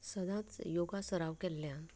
सदांच योगा सराव केल्ल्यान